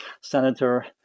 senator